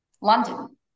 London